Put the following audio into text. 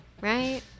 right